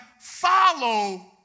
Follow